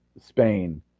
Spain